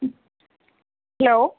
hello